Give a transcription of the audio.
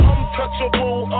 Untouchable